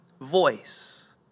voice